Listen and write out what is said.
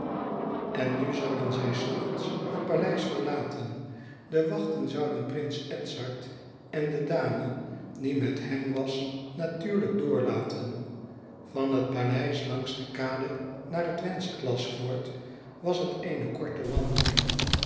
en nu zouden zij s nachts het paleis verlaten de wachten zouden prins edzard en de dame die met hem was natuurlijk doorlaten van het paleis langs de kade naar wenceslasfort was het eene korte wandeling